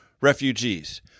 refugees